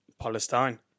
Palestine